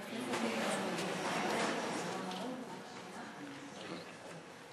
יחליפו אותי ואז אני אענה.